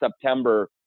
September